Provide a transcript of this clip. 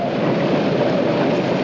or